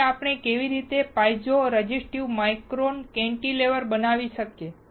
તેથી આપણે કેવી રીતે પાઇઝો રેઝિસ્ટિવ માઇક્રો કેન્ટિલેવર બનાવી શકીએ